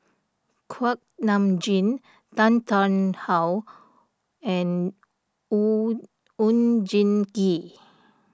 Kuak Nam Jin Tan Tarn How and Oon Oon Jin Gee